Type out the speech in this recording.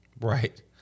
Right